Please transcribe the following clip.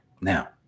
Now